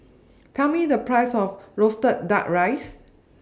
Tell Me The Price of Roasted Duck Rice